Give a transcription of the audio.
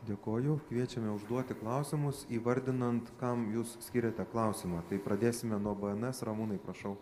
dėkoju kviečiame užduoti klausimus įvardinant kam jūs skiriate klausimą tai pradėsime nuo bns ramūnai prašau